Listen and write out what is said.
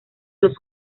los